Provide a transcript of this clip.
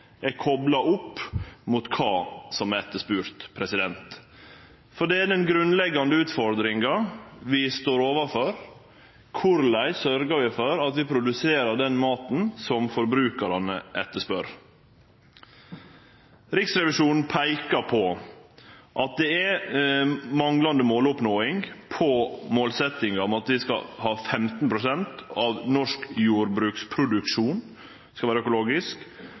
er kopla opp mot kva som er etterspurt. For det er den grunnleggjande utfordringa vi står overfor: Korleis sørgjer vi for at vi produserer den maten som forbrukarane etterspør? Riksrevisjonen peikar på at ein ikkje har nådd målsetjinga om at 15 pst. av norsk jordbruksproduksjon og 15 pst. av forbruket skal vere økologisk